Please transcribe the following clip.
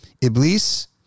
Iblis